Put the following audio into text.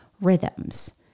rhythms